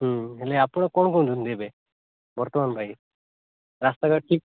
ହେଲେ ଆପଣ କଣ କହୁଛନ୍ତି ଏବେ ବର୍ତ୍ତମାନ ପାଇଁ ରାସ୍ତା ଘାଟ ଠିକ